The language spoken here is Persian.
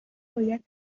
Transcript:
باید